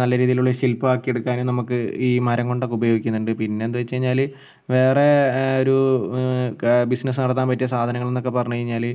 നല്ല രീതിയിലുള്ള ശിൽപ്പം ആക്കി എടുക്കാനും നമുക്ക് ഈ മരം കൊണ്ടൊക്കെ ഉപയോഗിക്കുന്നുണ്ട് പിന്നെ എന്ത് വെച്ചുകഴിഞ്ഞാൽ വേറെ ഒരു ബിസിനസ്സ് നടത്താൻ പറ്റിയ സാധനങ്ങൾ എന്നൊക്കെ പറഞ്ഞുകഴിഞ്ഞാൽ